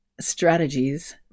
strategies